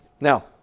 Now